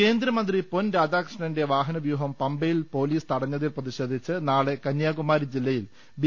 കേന്ദ്രമന്ത്രി പൊൻരാധാകൃഷ്ണന്റെ വാഹനവ്യൂഹം പമ്പയിൽ പൊലീസ് തടഞ്ഞതിൽ പ്രതിഷേധിച്ച് നാളെ കന്യാകുമാരി ജില്ല യിൽ ബി